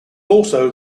also